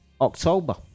October